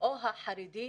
או החרדית,